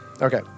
Okay